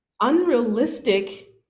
unrealistic